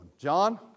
John